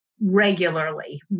regularly